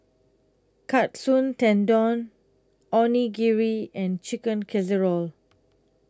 Katsu Tendon Onigiri and Chicken Casserole